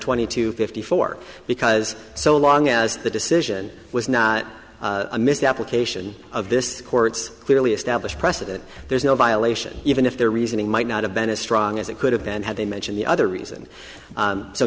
twenty to fifty four because so long as the decision was not a misapplication of this court's clearly established precedent there's no violation even if their reasoning might not have been as strong as it could have been had they mention the other reason